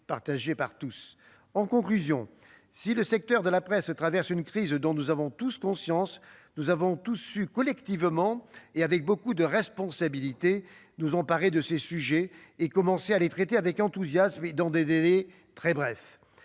partagé par tous. En conclusion, si le secteur de la presse traverse une crise, dont nous avons tous conscience, nous avons su collectivement, et avec un grand sens des responsabilités, nous emparer de ces sujets et commencer à les traiter avec enthousiasme et dans des délais très brefs.